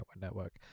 network